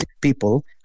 people